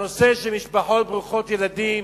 הנושא של משפחות ברוכות ילדים.